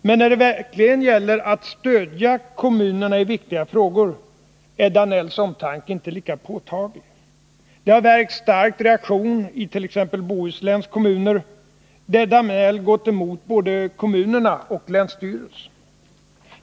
Men när det gäller att verkligen stödja kommunerna i viktiga frågor är herr Danells omtanke inte lika påtaglig. Detta har väckt stark reaktion it.ex. Bohusläns kommuner, där statsrådet Danell gått emot både kommunerna och länsstyrelsen.